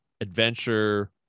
adventure